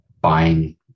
buying